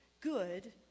good